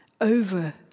over